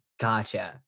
Gotcha